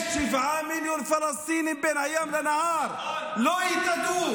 יש שבעה מיליון פלסטינים בין הים לנהר, לא יתאדו.